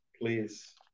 please